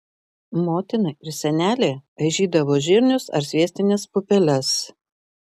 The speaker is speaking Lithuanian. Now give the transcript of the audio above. motina ir senelė aižydavo žirnius ar sviestines pupeles